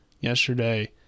yesterday